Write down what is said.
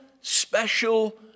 special